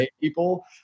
people